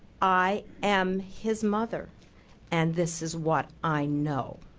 i am his mother and this is what i know.